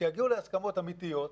כשיגיעו להסכמות אמיתיות,